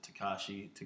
Takashi